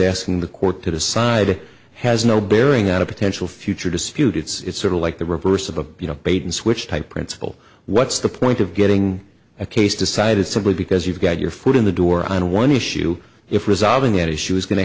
asking the court to decide has no bearing on a potential future dispute it's sort of like the reverse of a you know bait and switch type principle what's the point of getting a case decided simply because you've got your foot in the door on one issue if resolving an issue is going to